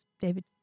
David